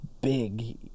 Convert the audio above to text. big